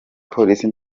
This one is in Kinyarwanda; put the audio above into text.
polisi